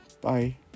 bye